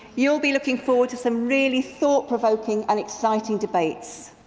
you'll be looking forward to some really thought provoking and exciting debates.